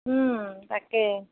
তাকে